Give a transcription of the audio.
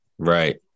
Right